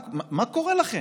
מה קורה לכם,